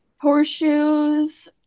horseshoes